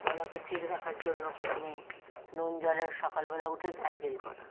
গলাকে ঠিক রাখার জন্য প্রথমেই নুন জলে সকালবেলা উঠে গার্গল করা